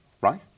Right